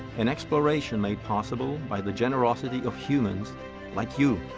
an exploration made possible by the generosity of humans like you.